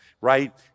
right